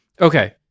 Okay